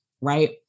right